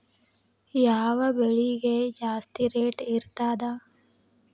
ಯಾವ ಬೆಳಿಗೆ ಜಾಸ್ತಿ ರೇಟ್ ಇರ್ತದ?